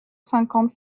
cinquante